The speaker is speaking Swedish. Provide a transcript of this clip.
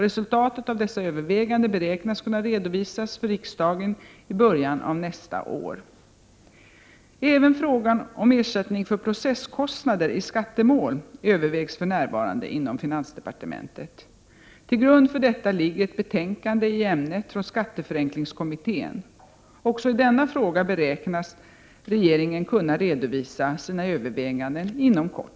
Resultatet av dessa överväganden beräknas kunna redovisas för riksdagen i början av nästa år. Även frågan om ersättning för processkostnader i skattemål övervägs för närvarande inom finansdepartementet. Till grund för detta ligger ett delbetänkande i ämnet från skatteförenklingskommittén. Också i denna fråga beräknas regeringen kunna redovisa sina överväganden inom kort.